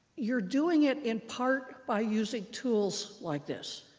you're doing it in part by using tools like this.